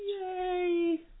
yay